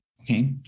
okay